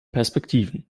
perspektiven